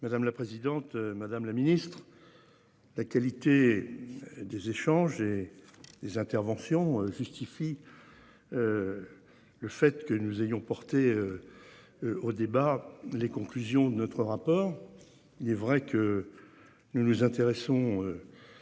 Madame la présidente, madame la Ministre. La qualité. Des échanges et des interventions justifie. Le fait que nous ayons portées. Au débat. Les conclusions de notre rapport. Il est vrai que. Nous nous intéressons.